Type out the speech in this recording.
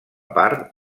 part